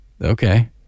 okay